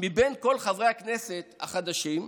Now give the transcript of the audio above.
מבין כל חברי הכנסת החדשים,